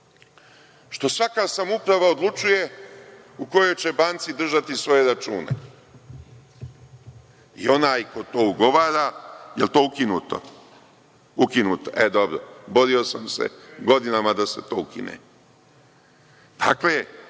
Što svaka samouprava odlučuje u kojoj će banci držati svoje račune. I onaj ko to ugovara… Da li je to ukinuto? Ukinuto, e, dobro, borio sam se godinama da se to ukine. Dakle,